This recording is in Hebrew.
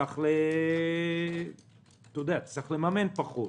תצטרך לממן פחות.